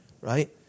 Right